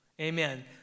Amen